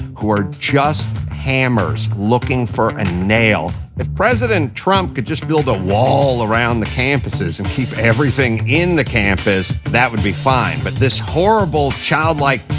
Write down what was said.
who are just hammers looking for a nail. if president trump could just build a wall around the campuses, and keep everything in the campus, that would be fine, but this horrible, childlike,